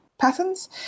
patterns